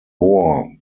war